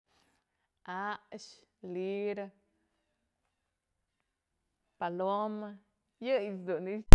A'ax lirë, paloma yëyëch dun i'ixë.